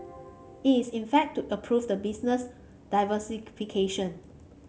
it's in fact to approve the business diversification